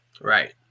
Right